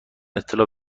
اطلاع